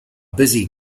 busy